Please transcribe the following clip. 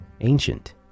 ancient